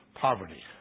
poverty